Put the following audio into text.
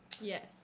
Yes